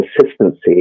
consistency